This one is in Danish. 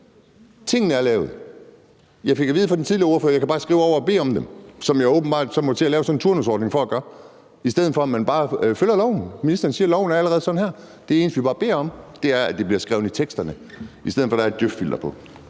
Tingene er lavet. Jeg fik at vide af den tidligere ordfører, at jeg bare kunne skrive over og bede om dem, hvilket jeg så åbenbart må til at lave sådan en turnusordning for at gøre, i stedet for at man bare følger loven. Ministeren siger, at loven allerede er sådan her. Det eneste, vi bare beder om, er, at det bliver skrevet ind i bemærkningerne, i stedet for at der er et djøf-filter på.